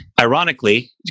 Ironically